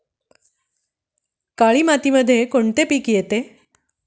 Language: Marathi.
काळी मातीमध्ये कोणते पिके येते?